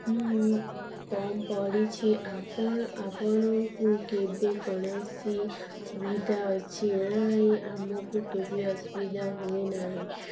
କମ ପଡ଼ିଛି ଆପଣ ଆପଣଙ୍କୁ କେବେ କୌଣସି ସୁବିଧା ଅଛି ନାହିଁ ଆମକୁ କେବେ ଅସୁବିଧା ହୁଏ ନାହିଁ